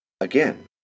again